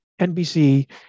NBC